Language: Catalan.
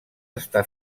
està